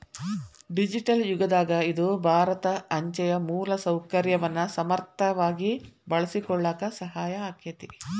digital ಯುಗದಾಗ ಇದು ಭಾರತ ಅಂಚೆಯ ಮೂಲಸೌಕರ್ಯವನ್ನ ಸಮರ್ಥವಾಗಿ ಬಳಸಿಕೊಳ್ಳಾಕ ಸಹಾಯ ಆಕ್ಕೆತಿ